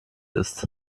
ist